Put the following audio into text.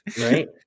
right